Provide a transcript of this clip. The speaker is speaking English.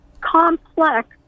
complex